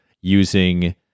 using